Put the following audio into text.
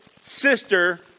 sister